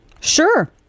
sure